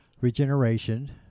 regeneration